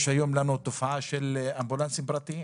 יש לנו היום תופעה של אמבולנסים פרטיים